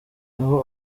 aho